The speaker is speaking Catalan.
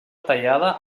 tallada